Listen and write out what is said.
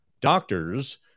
Doctors